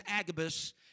Agabus